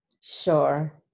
Sure